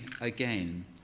again